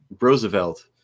Roosevelt